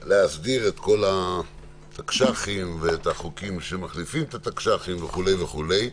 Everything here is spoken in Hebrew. להסדיר את כל התקש"חים ואת החוקים שמחליפים את התקש"חים וכו' וכו'.